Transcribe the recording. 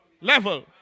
level